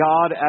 God